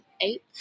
eight